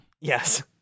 Yes